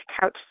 couch